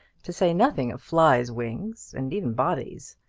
to say nothing of flies' wings, and even bodies.